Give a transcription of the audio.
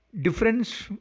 Difference